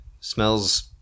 Smells